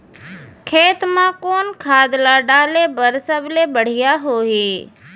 खेत म कोन खाद ला डाले बर सबले बढ़िया होही?